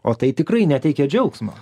o tai tikrai neteikia džiaugsmo